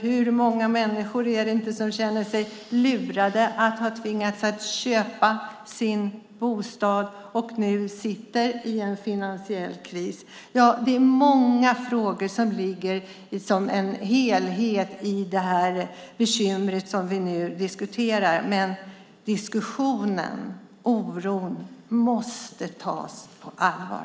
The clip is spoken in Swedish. Hur många människor är det inte som känner sig lurade för att de har tvingats köpa sin bostad och nu sitter i en finansiell kris? Det är många frågor som rör det bekymmer vi nu diskuterar, men diskussionen och oron måste tas på allvar.